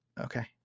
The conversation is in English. okay